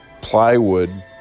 plywood